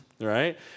right